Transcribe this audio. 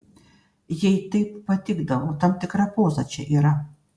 jai taip patikdavo tam tikra poza čia yra